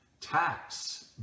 tax